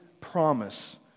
promise